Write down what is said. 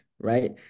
right